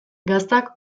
gaztak